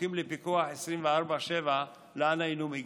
שזקוקים לפיקוח 24/7, לאן היינו מגיעים.